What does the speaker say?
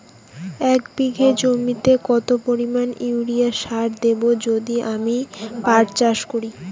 এক বিঘা জমিতে কত পরিমান ইউরিয়া সার দেব যদি আমি পাট চাষ করি?